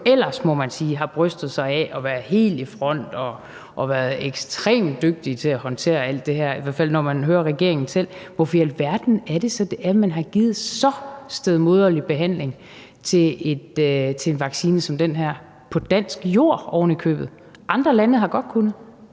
ellers, må man sige, har brystet sig af at være helt i front og ekstremt dygtig til at håndtere alt det her – i hvert fald når man hører regeringen selv – ikke gør det? Hvorfor i alverden har man så givet så stedmoderlig en behandling af en vaccine som den her – på dansk jord ovenikøbet? Andre lande har godt kunnet.